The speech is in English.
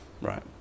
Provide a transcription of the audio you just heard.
Right